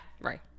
Right